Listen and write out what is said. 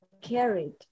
carried